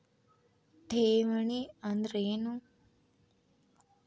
ಠೇವಣಿ ಅಂದ್ರೇನು?